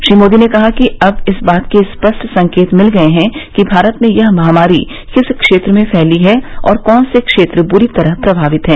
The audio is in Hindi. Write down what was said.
श्री मोदी ने कहा कि अब इस बात के स्पष्ट संकेत मिल गए हैं कि भारत में यह महामारी किस क्षेत्र में फैली है और कौन से क्षेत्र बुरी तरह प्रभावित हैं